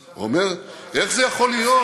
אומר: איך זה יכול להיות?